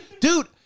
Dude